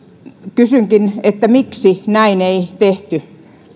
kysynkin miksi näin ei tehty